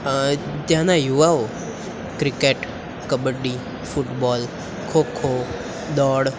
ત્યાંના યુવાઓ cricket kabaddi football kho kho દોડ